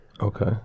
Okay